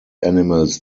animals